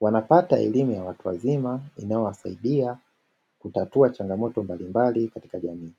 wanapata elimu ya watu wazima inayowasaidia kutatua changamoto mbalimbali katika jamii.